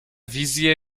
wizje